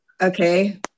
Okay